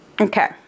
Okay